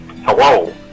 Hello